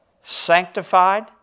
sanctified